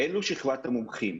אלו שכבת המומחים.